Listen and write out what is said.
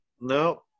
No